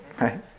Right